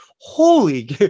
Holy